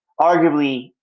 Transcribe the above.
arguably